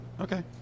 Okay